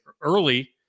early